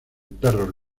perros